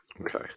Okay